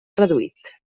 reduït